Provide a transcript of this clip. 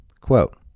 quote